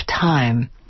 time